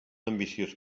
ambiciós